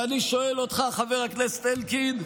ואני שואל אותך, חבר הכנסת אלקין,